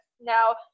Now